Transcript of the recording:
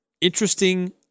interesting